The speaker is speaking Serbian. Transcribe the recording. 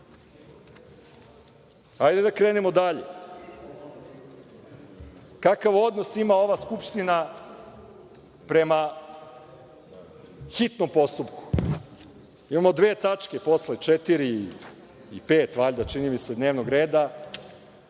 da krenemo dalje. Kakav odnos ima ova Skupština prema hitnom postupku? Imamo dve tačke posle, četiri i pet, valjda, čini mi se, dnevnog reda,